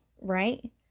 right